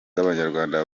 z’abanyarwanda